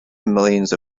millions